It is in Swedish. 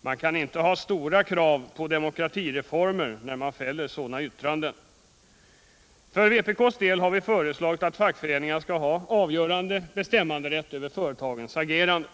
Man kan inte ha stora krav på demokratireformer när man fäller sådana yttranden. Vpk har föreslagit att fackföreningarna skall ha avgörande bestämmanderätt över företagens agerande.